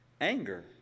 anger